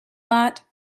lot